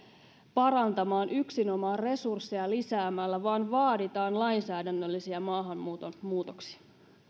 parantamaan yksinomaan resursseja lisäämällä vaan vaaditaan lainsäädännöllisiä maahanmuuton muutoksia